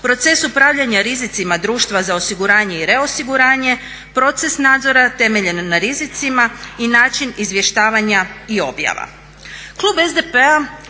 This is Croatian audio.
proces upravljanja rizicima društva za osiguranje i reosiguranje, proces nadzora temeljen na rizicima i način izvještavanja i objava. Klub SDP-a